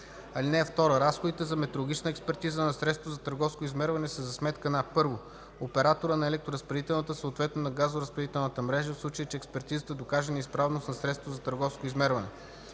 (2) Разходите за метрологична експертиза на средството за търговско измерване са за сметка на: 1. оператора на електроразпределителната, съответно на газоразпределителната мрежа, в случай че експертизата докаже неизправност на средството за търговско измерване;